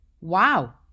Wow